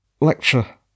Lecture